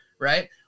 Right